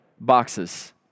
boxes